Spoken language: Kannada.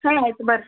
ಹಾಂ ಆಯ್ತು ಬರ್ರೀ